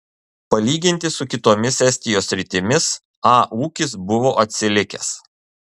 palyginti su kitomis estijos sritimis a ūkis buvo atsilikęs